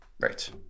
Right